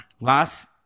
last